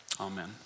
amen